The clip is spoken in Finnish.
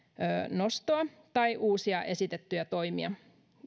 nostoa tai uusia esitettyjä toimia